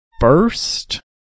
First